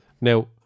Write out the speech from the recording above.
now